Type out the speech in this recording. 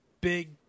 big